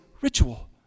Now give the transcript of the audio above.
ritual